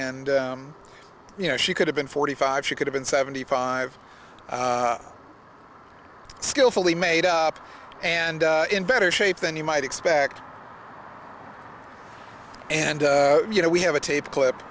and you know she could have been forty five she could have been seventy five skilfully made up and in better shape than you might expect and you know we have a tape clip